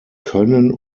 können